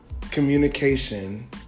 communication